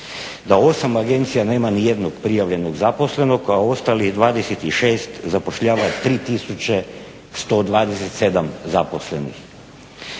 da 8 agencija nema ni jednog prijavljenog zaposlenog, a ostalih 26 zapošljava 3127 zaposlenih.